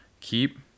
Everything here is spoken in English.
Keep